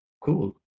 Cool